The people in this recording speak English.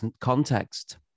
context